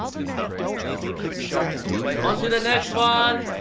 good stuff. at least they kept it to the minimum. on to the next one!